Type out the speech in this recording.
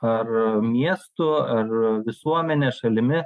ar miestu ar visuomene šalimi